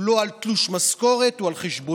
הוא לא על תלוש משכורת, הוא על חשבונית.